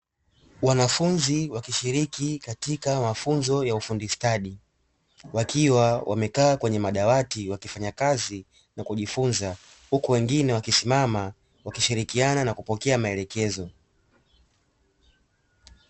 Wanafunzi wakishiriki katika mafunzo ya ufundi stadi, wakiwa wamekaa kwenye madawati wakifanya kazi na kujifunza, huku wengine wakisimama wakishirikiana na kupokea maelekezo.